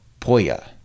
Poya